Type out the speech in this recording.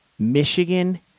Michigan